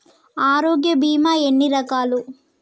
ఆరోగ్య బీమా ఎన్ని రకాలు?